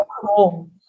home